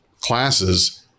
classes